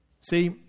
See